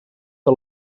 que